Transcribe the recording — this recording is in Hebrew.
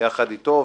יחד אתו,